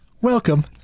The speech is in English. welcome